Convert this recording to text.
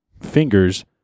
fingers